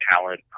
talent